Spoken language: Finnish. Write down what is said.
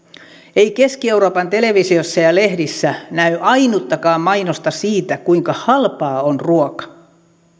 ei keski euroopan televisiossa ja lehdissä näy ainuttakaan mainosta siitä kuinka halpaa on ruoka